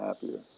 happier